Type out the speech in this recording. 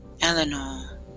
Eleanor